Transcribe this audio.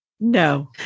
No